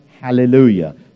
hallelujah